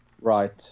Right